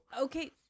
Okay